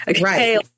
Right